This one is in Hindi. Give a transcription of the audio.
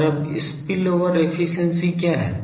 और अब स्पिलओवर एफिशिएंसी क्या है